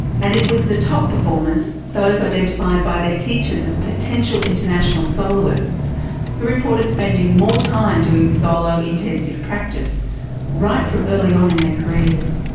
and it was the top performers, those identified by their teachers as potential international soloists who reported spending more time doing solo intensive practice right from early on in their careers.